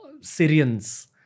Syrians